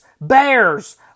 bears